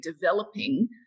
developing